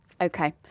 Okay